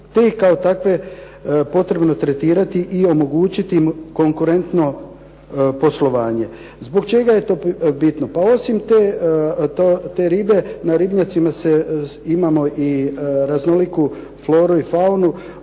te ih je kao takve potrebno tretirati i omogućiti im konkurentno poslovanje. Zbog čega je to bitno? Pa osim te ribe na ribnjacima se, imamo i raznoliku floru i faunu.